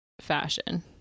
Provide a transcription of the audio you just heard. fashion